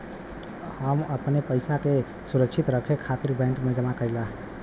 हम अपने पइसा के सुरक्षित रखे खातिर बैंक में जमा करीला